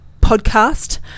podcast